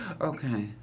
okay